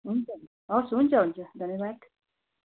हुन्छ हुन्छ हवस् हुन्छ हुन्छ धन्यवाद